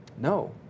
No